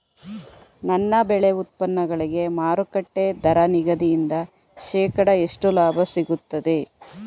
ನನ್ನ ಬೆಳೆ ಉತ್ಪನ್ನಗಳಿಗೆ ಮಾರುಕಟ್ಟೆ ದರ ನಿಗದಿಯಿಂದ ಶೇಕಡಾ ಎಷ್ಟು ಲಾಭ ಸಿಗುತ್ತದೆ?